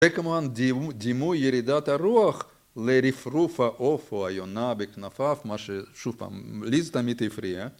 זה כמובן דימוי ירידת הרוח לרפרוף העוף או היונה בכנפיו, מה ששוב פעם, לי זה תמיד הפריע